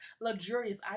luxurious